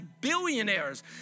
billionaires